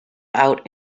out